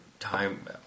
Time